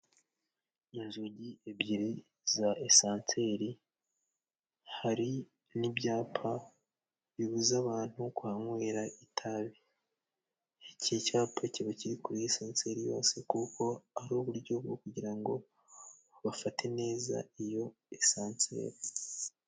Inzugi ebyiri za esanseri, hari n'ibyapa bibuza abantu kunywera itabi. Iki cyapa kiba kiri kuri esanseri yose, kuko ari uburyo bwo kugira ngo bafate neza iyo esanseri.